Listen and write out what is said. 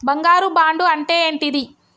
బంగారు బాండు అంటే ఏంటిది?